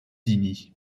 dini